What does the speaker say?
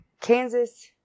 Kansas